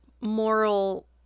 Moral